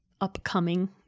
upcoming